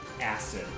acid